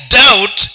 doubt